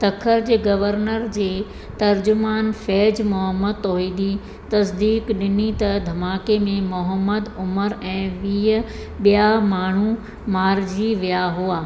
तखर जे गवर्नर जे तर्जुमान फ़ैज मोहम्मद तौहीदी तसदीक़ डि॒नी त धमाके में मोहम्मद उमर ऐं वीह बि॒या माण्हू मारिजी विया हुआ